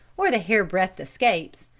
or the hair-breadth escapes,